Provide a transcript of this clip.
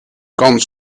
kans